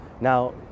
Now